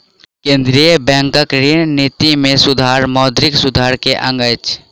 केंद्रीय बैंकक ऋण निति में सुधार मौद्रिक सुधार के अंग अछि